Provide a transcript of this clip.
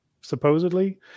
supposedly